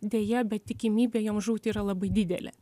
deja bet tikimybė joms žūti yra labai didelė